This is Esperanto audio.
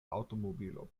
aŭtomobilo